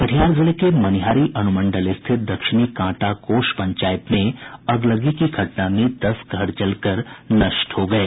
कटिहार जिले के मनिहारी अनुमंडल स्थित दक्षिणी कांटा कोरा पंचायत में अगलगी की घटना में दस घर जलकर नष्ट हो गये